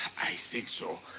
i think so.